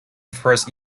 first